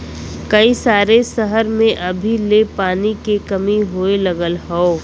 कई सारे सहर में अभी ले पानी के कमी होए लगल हौ